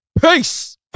peace